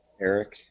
Eric